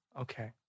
Okay